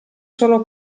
solo